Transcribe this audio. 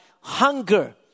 hunger